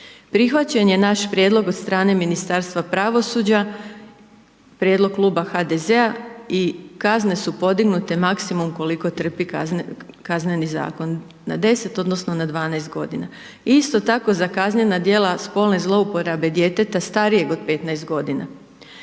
prihvaćen je naš prijedlog od strane Ministarstva pravosuđa, prijedlog Kluba HDZ-a i kazne su podignute maksimum koliko trpi Kazneni zakon, na 10 odnosno na 12 godina. Isto tako za kaznena djela spolne zlouporabe djeteta starijeg od 15 godina.